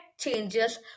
changes